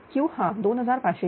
Q हा 2556